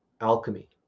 alchemy